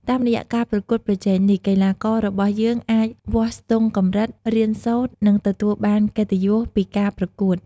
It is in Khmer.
តាមរយៈការប្រកួតប្រជែងនេះ កីឡាកររបស់យើងអាច វាស់ស្ទង់កម្រិត រៀនសូត្រ និងទទួលបានកិត្តិយសពីការប្រកួត។